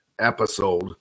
episode